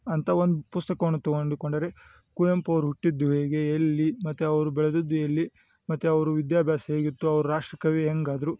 ಅಂತ ಒಂದು ಪುಸ್ತಕವನ್ನ ತಗೊಂಡು ಕೊಂಡರೆ ಕುವೆಂಪು ಅವ್ರು ಹುಟ್ಟಿದ್ದು ಹೇಗೆ ಎಲ್ಲಿ ಮತ್ತು ಅವರು ಬೆಳೆದಿದ್ದು ಎಲ್ಲಿ ಮತ್ತು ಅವರ ವಿದ್ಯಾಭ್ಯಾಸ ಹೇಗಿತ್ತು ಅವ್ರು ರಾಷ್ಟ್ರಕವಿ ಹೆಂಗಾದ್ರು